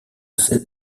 celle